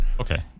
Okay